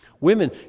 Women